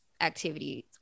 activities